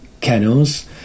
kennels